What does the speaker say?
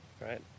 right